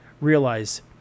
realize